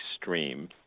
extreme